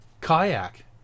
kayak